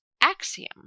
axiom